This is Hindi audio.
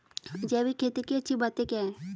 जैविक खेती की अच्छी बातें क्या हैं?